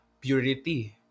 purity